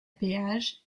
péage